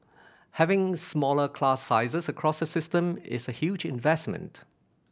having smaller class sizes across the system is a huge investment